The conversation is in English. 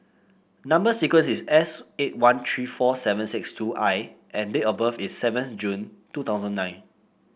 number sequence is S eight one three four seven six two I and date of birth is seven June two thousand nine